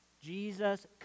Jesus